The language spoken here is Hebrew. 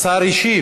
רגע, תשובת השר,